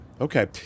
Okay